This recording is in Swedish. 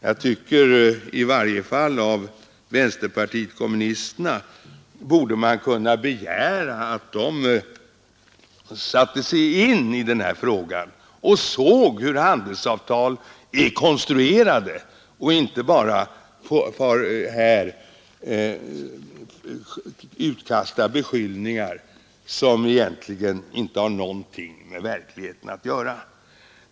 Jag tycker i varje fall att man av vänsterpartiet kommunisterna borde kunna begära att de satte sig in i den här frågan och såg efter hur handelsavtal är konstruerade och inte bara här utkastar beskyllningar som egentligen inte har någonting med verkligheten att göra.